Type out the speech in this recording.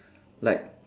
like